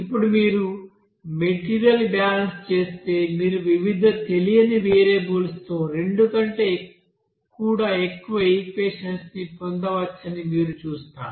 ఇప్పుడు మీరు material balance చేస్తే మీరు వివిధ తెలియని వేరియబుల్స్తోరెండు కంటే కూడా ఎక్కువ ఈక్వెషన్స్ ని పొందవచ్చని మీరు చూస్తారు